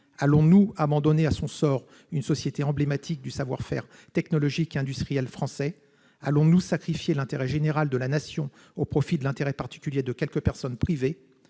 Allons-nous abandonner à son sort une société emblématique du savoir-faire technologique et industriel français ? Allons-nous sacrifier l'intérêt général de la Nation au profit de l'intérêt particulier de quelques personnes privées ?